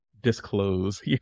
disclose